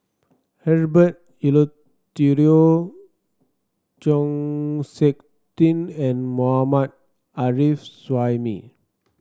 Herbert Eleuterio Chng Seok Tin and Mohammad Arif Suhaimi